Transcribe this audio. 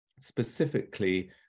specifically